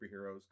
superheroes